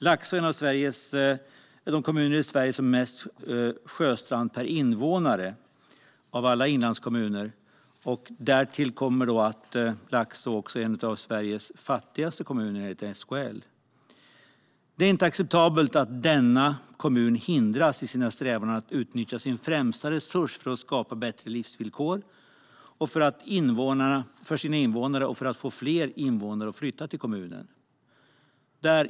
Laxå är en av de kommuner som har mest sjöstrand per invånare av alla Sveriges inlandskommuner. Därtill är Laxå enligt SKL en av Sveriges fattigaste kommuner. Det är inte acceptabelt att denna kommun hindras i sina strävanden att utnyttja sin främsta resurs för att skapa bättre livsvillkor för sina invånare och för att få fler att flytta till kommunen.